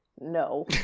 no